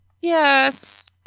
Yes